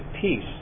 peace